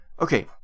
Okay